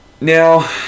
now